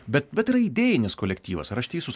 bet bet yra idėjinis kolektyvas ar aš teisus